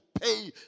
pay